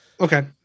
Okay